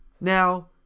Now